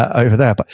ah over there. but